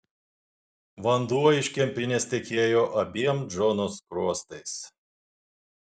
vanduo iš kempinės tekėjo abiem džono skruostais